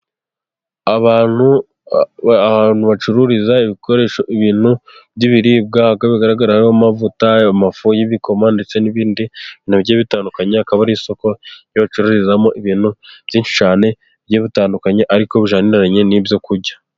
Ahantu bacururiza ibikoresho ibintu by'ibiribwa ariko bigaragaramo amavuta, amafu y'ibikoma ndetse n'ibindi bigiye bitandukanye, akaba ari isoko ryo bacururizamo ibintu byinshi cyane bigiye butandukanye ariko bijyaniranye n'ibyo kurya.